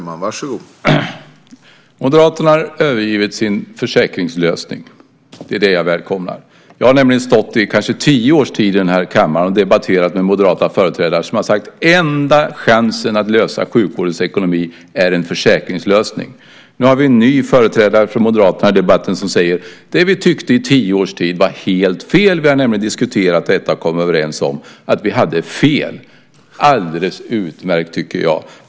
Herr talman! Moderaterna har övergivit sin försäkringslösning. Det är det jag välkomnar. Jag har nämligen stått i kanske tio års tid i den här kammaren och debatterat med moderata företrädare som har sagt att den enda chansen att lösa problemet med sjukvårdens ekonomi är en försäkringslösning. Nu har vi en ny företrädare för Moderaterna här i debatten som säger: Det vi tyckte i tio års tid var helt fel. Vi har nämligen diskuterat detta och kommit överens om att vi hade fel. Det är alldeles utmärkt, tycker jag.